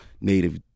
native